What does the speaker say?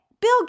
Bill